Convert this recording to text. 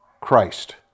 Christ